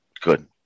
Good